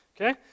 Okay